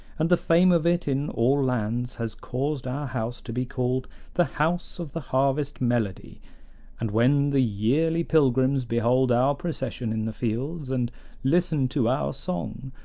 and the fame of it in all lands has caused our house to be called the house of the harvest melody and when the yearly pilgrims behold our procession in the fields, and listen to our song,